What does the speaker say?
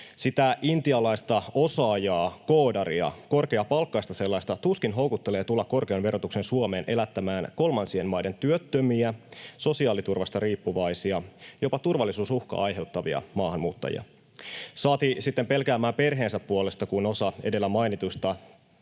Sitä intialaista osaajaa, koodaria, korkeapalkkaista sellaista, tuskin houkuttelee tulla korkean verotuksen Suomeen elättämään kolmansien maiden työttömiä, sosiaaliturvasta riippuvaisia, jopa turvallisuusuhkaa aiheuttavia maahanmuuttajia, saati sitten pelkäämään perheensä puolesta, kun osa edellä mainituista,